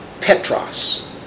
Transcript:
Petros